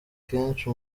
kenshi